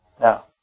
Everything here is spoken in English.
Now